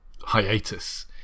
hiatus